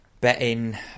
betting